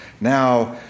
now